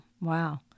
Wow